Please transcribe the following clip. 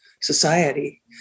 society